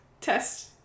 test